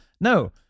No